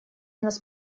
нас